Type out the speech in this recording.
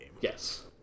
yes